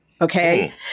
okay